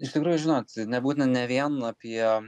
iš tikrųjų žinot nebūtina ne vien apie